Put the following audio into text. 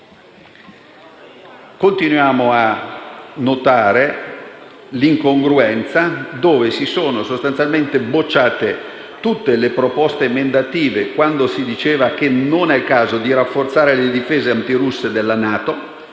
Continuiamo a notare un'incongruenza: sono state sostanzialmente bocciate tutte le proposte emendative in cui si diceva che non è il caso di rafforzare le difese antirusse della NATO,